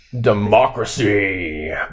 Democracy